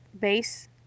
base